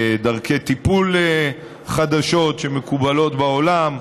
דרכי טיפול חדשות שמקובלות בעולם,